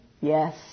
Yes